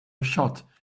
shot